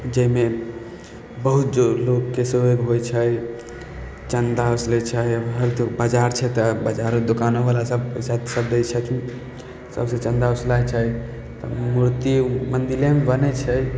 जाहिमे बहुत जो लोगके सेहयोग होइ छै चन्दा वसुलै छै बजार छै तऽ बजारो दोकानोवला सब पैसा तैसा दै छथिन सबसँ चन्दा वसुलाइ छै तऽ मूर्ति मन्दिरेमे बनय छै